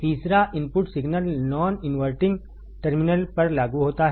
तीसरा input signal non inverting terminal पर लागू होता है